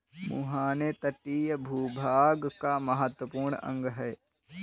मुहाने तटीय भूभाग का महत्वपूर्ण अंग है